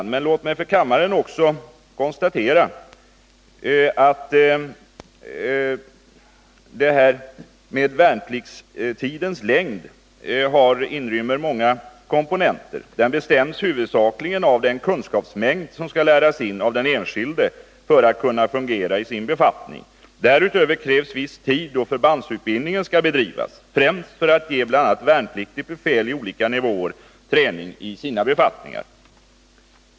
Låt mig emellertid för kammaren konstatera att frågan om värnpliktstidens längd inrymmer många komponenter. Tiden bestäms huvudsakligen av den kunskapsmängd som skall inhämtas av den enskilde för att han skall kunna fungera i sin befattning. Därutöver krävs viss tid då förbandsutbildningen skall bedrivas, främst för att ge bl.a. värnpliktigt befäl på olika nivåer träning i sina befattningar.